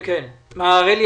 מר הראלי,